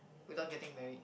without getting married